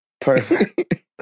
Perfect